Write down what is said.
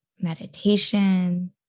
meditation